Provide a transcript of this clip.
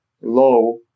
low